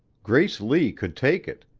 grace lee could take it,